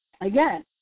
again